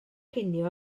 cinio